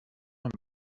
amb